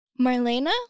Marlena